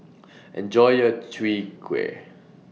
Enjoy your Chwee Kueh